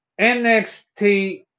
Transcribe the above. NXT